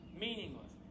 meaningless